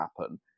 happen